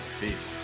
peace